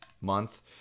month